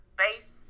base